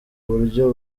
buryo